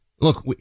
Look